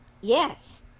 Yes